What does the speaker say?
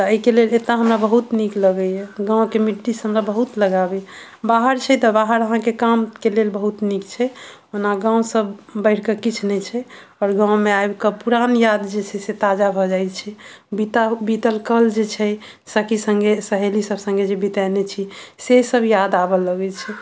तऽ एहिके लेल एतय हमरा बहुत नीक लगैया गाँव के मिट्टी से हमरा बहुत लगाव अछि बाहर छै तऽ बाहर अहाँके काम के लेल बहुत नीक छै ओना गाँव से बढ़ि के किछु नहि छै आओर गाँव मे आबि के पुरान याद जे छै से ताजा भऽ जाइ छै बिता बीतल कल जे छै सखी संगे सहेली सब संगे जे बितेने छी से सब याद आबऽ लगै छै